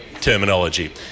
terminology